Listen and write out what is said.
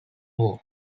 war